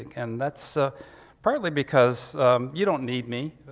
and that's ah partly because you don't need me.